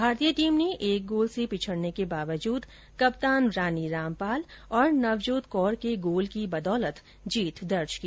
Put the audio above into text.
भारतीय टीम ने एक गोल से पिछड़ने के बावजूद कप्तान रानी रामपाल और नवजोत कौर के गोल की बदौलत जीत दर्ज की